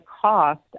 cost